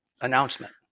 announcement